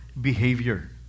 behavior